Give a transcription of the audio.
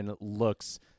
looks